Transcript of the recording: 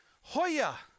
Hoya